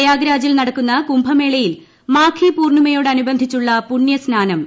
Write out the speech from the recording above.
പ്രയാഗ്രാജിൽ നടക്കുന്ന കുംഭമേളയിൽ മാഘി പൂർണ്ണിമയോടനുബന്ധിച്ചുള്ള പുണ്യസ്നാനം ഇന്ന്